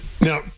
Now